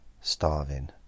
starving